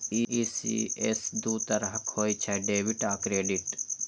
ECS दू तरहक होइ छै, डेबिट आ क्रेडिट